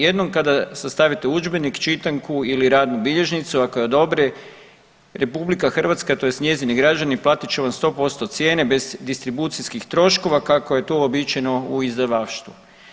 Jednom kada sastavite udžbenik, čitanku ili radnu bilježnicu ako je odobri RH tj. njezini građani platit će vam 100% cijene bez distribucijskih troškova kako je to uobičajeno u izdavaštvu.